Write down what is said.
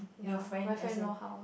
you friend ascend